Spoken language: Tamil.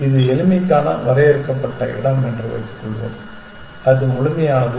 இது எளிமைக்கான வரையறுக்கப்பட்ட இடம் என்று வைத்துக் கொள்வோம் அது முழுமையானது